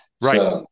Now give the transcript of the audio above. Right